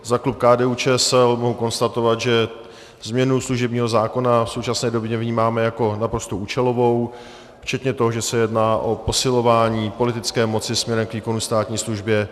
Za klub KDUČSL mohu konstatovat, že změnu služebního zákona v současné době vnímáme jako naprosto účelovou, včetně toho, že se jedná o posilování politické moci směrem k výkonu státní služby.